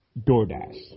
DoorDash